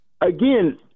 again